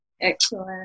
Excellent